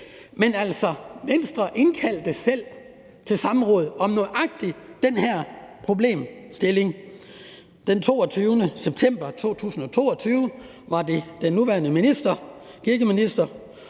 kan – for Venstre indkaldte selv til samråd om nøjagtig den her problemstilling den 22. september 2022. Der var det den nuværende kirkeminister,